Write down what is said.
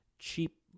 cheap